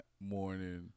morning